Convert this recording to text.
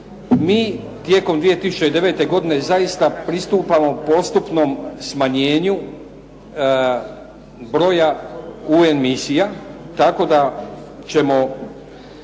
mi tijekom 2009. godine zaista pristupamo postupnom smanjenju broja UN misija, tako da ćemo